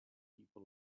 people